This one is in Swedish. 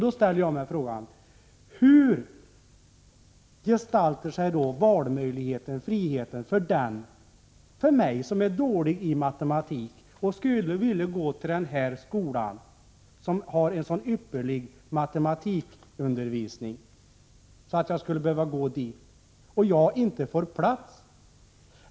Då ställer jag frågan: Hur gestaltar sig valmöjligheten, friheten, för mig som är dålig i matematik och skulle vilja gå till en viss skola som har en så ypperlig matematikundervisning, men inte får plats?